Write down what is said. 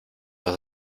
los